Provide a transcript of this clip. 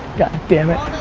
god dammit.